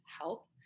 help